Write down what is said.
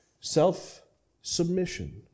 Self-submission